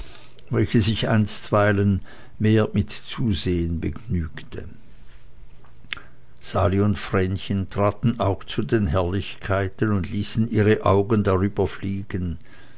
welches sich einstweilen mehr mit zusehen begnügte sali und vrenchen traten auch zu den herrlichkeiten und ließen ihre augen darüber fliegen